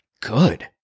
good